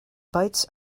bytes